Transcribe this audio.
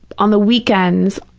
on the weekends,